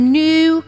new